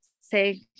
say